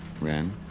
Ren